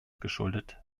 geschuldet